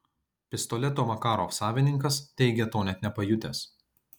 pistoleto makarov savininkas teigia to net nepajutęs